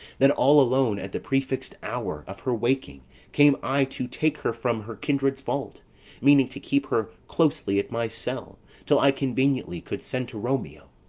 then all alone at the prefixed hour of her waking came i to take her from her kindred's vault meaning to keep her closely at my cell till i conveniently could send to romeo.